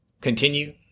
continue